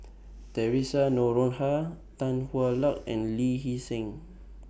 Theresa Noronha Tan Hwa Luck and Lee Hee Seng